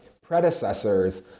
predecessors